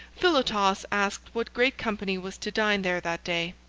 philotas asked what great company was to dine there that day.